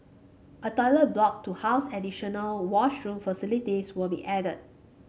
a toilet block to house additional washroom facilities will be added